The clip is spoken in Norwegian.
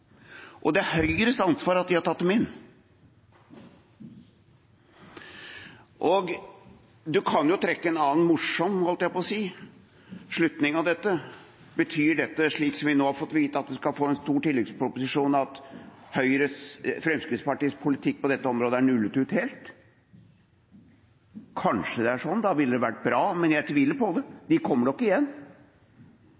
Og det er Høyres ansvar at de har tatt dem inn. Man kan jo trekke en annen – morsom, holdt jeg på å si – slutning av dette. Betyr det som vi nå har fått vite, at vi skal få en stor tilleggsproposisjon, at Fremskrittspartiets politikk på dette området er nullet ut helt? Kanskje det er sånn. Det ville vært bra – men jeg tviler på det, de kommer nok igjen.